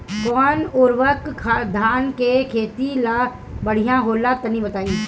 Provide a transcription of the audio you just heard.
कौन उर्वरक धान के खेती ला बढ़िया होला तनी बताई?